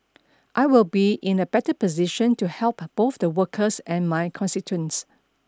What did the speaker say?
I will be in a better position to help both the workers and my constituents